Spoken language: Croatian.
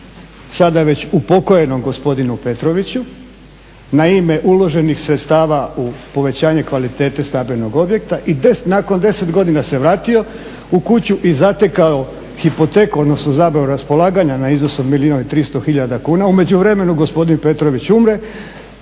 sada već pokojnom gospodinu Petroviću na ime uloženih sredstava u povećanje kvalitete stambenog objekta, i nakon 10 godina se vratio u kuću i zatekao hipoteku, odnosno zabranu raspolaganja na iznosu od milijun i tristo tisuća kuna, u međuvremenu gospodin Petrović umre,